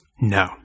No